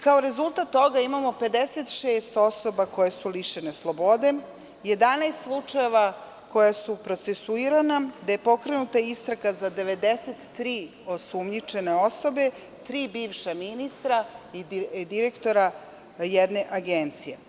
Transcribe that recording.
Kao rezultat toga imamo 56 osoba koje su lišene slobode, 11 slučajeva koja su procesuirana, gde je pokrenuta istraga za 93 osumnjičene osobe, tri bivša ministra i direktora jedne agencije.